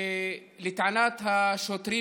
שלטענת השוטרים,